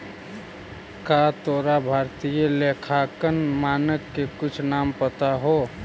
का तोरा भारतीय लेखांकन मानक के कुछ नाम पता हो?